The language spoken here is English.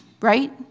right